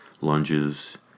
lunges